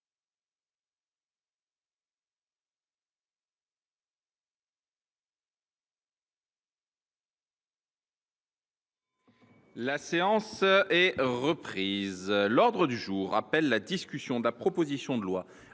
La séance est reprise. L’ordre du jour appelle la discussion de la proposition de loi,